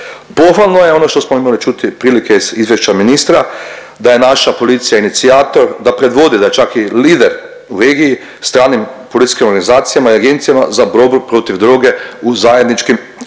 Pohvalno je ono što smo imali čuti prilike iz izvješća ministra da je naša policija inicijator, da predvodi, da je čak i lider u regiji stranim policijskim organizacijama i agencija za borbu protiv droge u zajedničkim